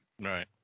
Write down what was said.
Right